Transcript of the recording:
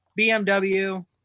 BMW